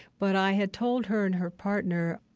but i had told her and her partner,